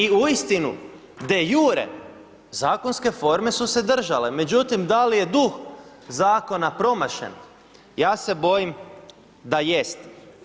I uistinu de jure, zakonske forme su se držale, međutim da li je duh zakona promašen ja se bojim da jest.